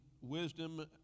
wisdom